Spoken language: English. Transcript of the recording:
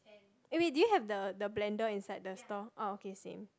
eh wait do you have the the blender inside the store oh okay same